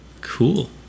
Cool